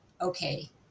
okay